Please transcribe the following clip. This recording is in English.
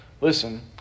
listen